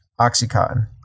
Oxycontin